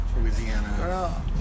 Louisiana